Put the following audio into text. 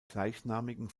gleichnamigen